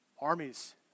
armies